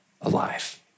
alive